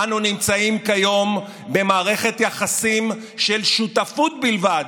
אנו נמצאים כיום במערכת יחסים של שותפות בלבד,